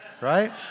Right